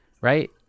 right